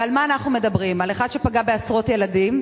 ועל מה אנחנו מדברים, על אחד שפגע בעשרות ילדים,